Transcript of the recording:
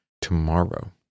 tomorrow